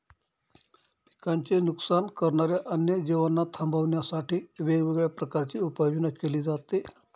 पिकांचे नुकसान करणाऱ्या अन्य जीवांना थांबवण्यासाठी वेगवेगळ्या प्रकारची उपाययोजना केली जाते